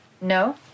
No